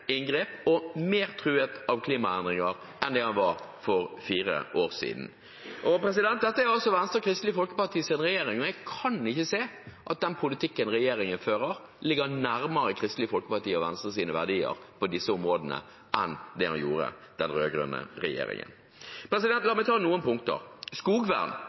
inngrep og mer truet av klimaendringer enn den var for fire år siden. Dette er altså Venstres og Kristelig Folkepartis regjering, og jeg kan ikke se at den politikken regjeringen fører, ligger nærmere Kristelig Folkepartis og Venstres verdier på disse områdene enn den rød-grønne regjeringens politikk gjorde. La meg ta noen punkter. Skogvern: